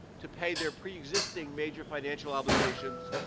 to pay their preexisting major financial obligations,